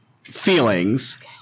feelings